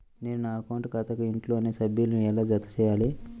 నేను నా అకౌంట్ ఖాతాకు ఇంట్లోని సభ్యులను ఎలా జతచేయాలి?